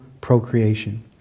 procreation